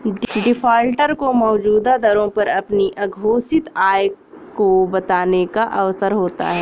defaulter को मौजूदा दरों पर अपनी अघोषित आय को बताने का अवसर होता है